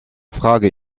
frage